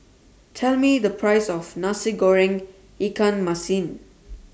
Tell Me The Price of Nasi Goreng Ikan Masin